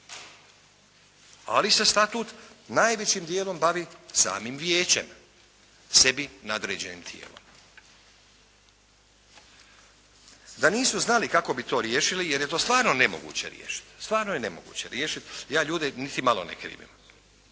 ali se statut najvećim djelom bavi samim vijećem, sebi nadređenim tijelom. Da nisu znali kako bi to riješili jer je to stvarno nemoguće riješiti, ja ljude niti malo ne krivi.